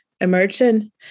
emerging